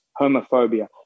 homophobia